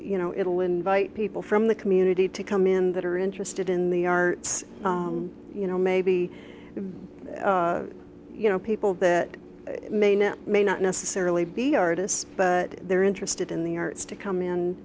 you know it will invite people from the community to come in that are interested in the are you know maybe you know people that may not may not necessarily be artists but they're interested in the arts to come in